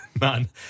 man